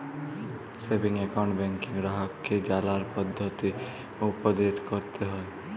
savings account ব্যাংকে গ্রাহককে জালার পদ্ধতি উপদেট ক্যরতে হ্যয়